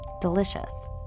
Delicious